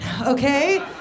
okay